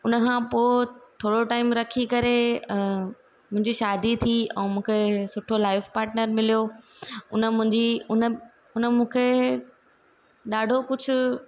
हुन खां पोइ थोरो टाइम रखी करे मुंहिंजी शादी थी ऐं मूंखे सुठो लाईफ़ पार्टनर मिलियो उन मुंहिंजी उन मूंखे ॾाढो कुझु